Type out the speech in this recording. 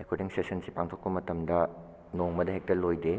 recording ꯁꯦꯁꯟꯁꯦ ꯄꯥꯡꯊꯣꯛꯄ ꯃꯇꯝꯗ ꯅꯣꯡꯃꯗ ꯍꯦꯛꯇ ꯂꯣꯏꯗꯦ